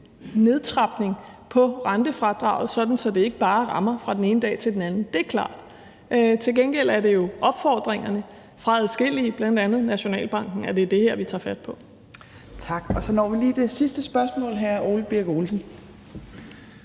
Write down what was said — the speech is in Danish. nedtrapning af rentefradraget, sådan at det ikke bare rammer fra den ene dag til den anden. Det er klart. Til gengæld er det jo opfordringerne fra adskillige, bl.a. Nationalbanken, at det er det her, vi tager fat på. Kl. 15:21 Fjerde næstformand (Trine Torp): Tak.